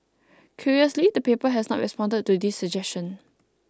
curiously the paper has not responded to this suggestion